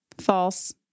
False